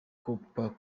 copa